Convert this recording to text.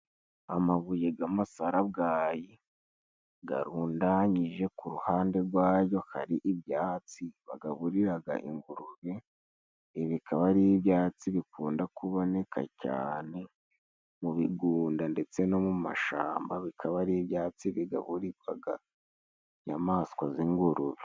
Amabuye g'amasarabwayi garundanyije ku ruhande gwa yo hari ibyatsi bagaburigwaga ingurube, ibi bikaba ari ibyatsi bikunda kuboneka cane mu bigunda ndetse no mu mashamba, bikaba ari ibyatsi bigahurigwaga inyamaswa z'ingurururu.